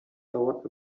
thought